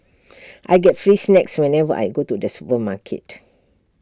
I get free snacks whenever I go to the supermarket